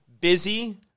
busy